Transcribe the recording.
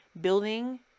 building